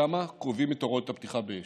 שם קובעים את הוראות הפתיחה באש.